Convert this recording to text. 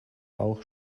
bauch